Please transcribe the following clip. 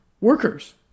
workers